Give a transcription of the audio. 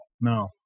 no